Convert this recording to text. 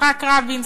יצחק רבין,